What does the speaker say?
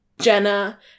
Jenna